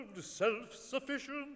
self-sufficient